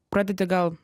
pradedi gal